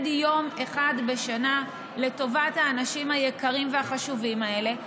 יום אחד בשנה לטובת האנשים היקרים והחשובים האלה.